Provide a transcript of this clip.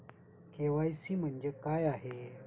KYC म्हणजे काय आहे?